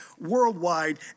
worldwide